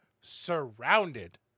Surrounded